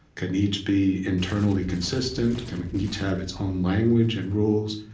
can each be internally consistent, can each have its own language and rules,